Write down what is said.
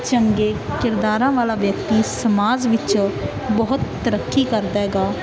ਚੰਗੇ ਕਿਰਦਾਰਾਂ ਵਾਲਾ ਵਿਅਕਤੀ ਸਮਾਜ ਵਿੱਚ ਬਹੁਤ ਤਰੱਕੀ ਕਰਦਾ ਹੈਗਾ